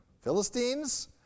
Philistines